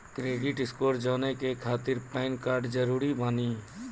Credit score जाने के खातिर पैन कार्ड जरूरी बानी?